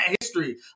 history